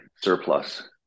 surplus